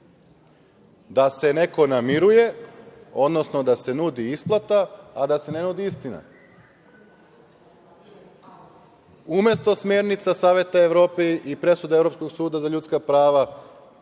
da se neko namiruje, odnosno da se nudi isplata, a da se ne nudi istina. Umesto smernica Saveta Evrope i presude Evropskog suda za ljudska prava,